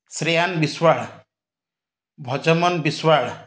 Shreyan Biswal Bhajaman Biswal